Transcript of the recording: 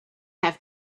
have